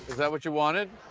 that what you wanted?